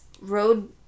road